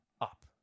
up